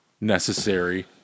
Necessary